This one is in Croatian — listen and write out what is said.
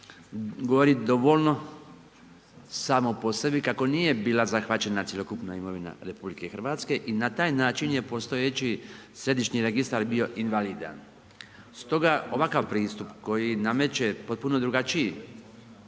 govori dovoljno samo po sebi kako nije bila zahvaćena cjelokupna imovina RH i na taj način je postojeći Središnji registar bio invalidan. Stoga ovakav pristup koji nameće potpuno drugačiji